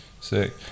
sick